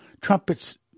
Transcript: Trumpets